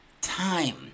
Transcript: time